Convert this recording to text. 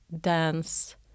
dance